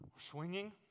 Swinging